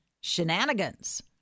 shenanigans